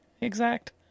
exact